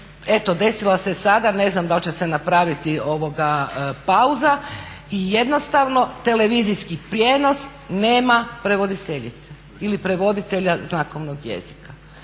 desila se sada, ne znam da li će se napraviti pauza. I jednostavno televizijski prijenos nema prevoditeljice ili prevoditelja znakovnog jezika.